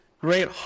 great